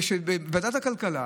בוועדת הכלכלה